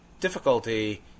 difficulty